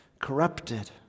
corrupted